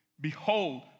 behold